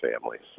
families